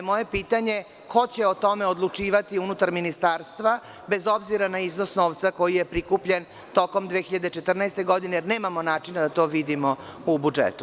Moje pitanje je – ko će o tome odlučivati unutar ministarstva, bez obzira na iznos novca koji je prikupljen tokom 2014. godine, jer nemamo načina da to vidimo u budžetu?